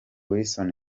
wilson